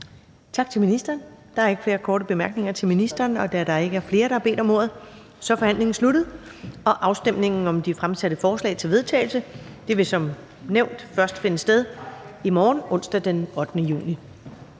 Ellemann): Der er ikke flere korte bemærkninger til ministeren. Tak til ministeren. Da der ikke er flere, der har bedt om ordet, er forhandlingen sluttet, og afstemningen om de fremsatte forslag til vedtagelse vil som nævnt først finde sted i morgen, onsdag den 8. juni